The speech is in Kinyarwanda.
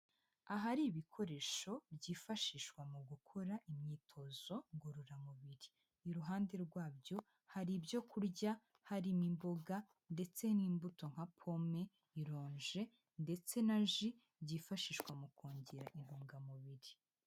Ahari ibikoresho byifashishwa mu gukora imyitozo ngororamubiri, iruhande rwabyo hari ibyo kurya harimo imboga ndetse n'imbuto nka pome, ironje ndetse na ji byifashishwa mu kongera intungamubiri.